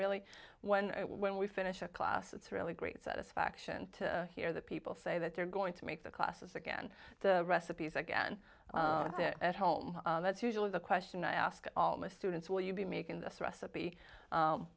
really wonder when we finish a class it's really great satisfaction to hear that people say that they're going to make the classes again the recipes again and sit at home that's usually the question i ask all most students will you be making this recipe